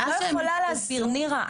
את לא יכולה להסביר מירה,